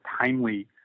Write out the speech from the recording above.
timely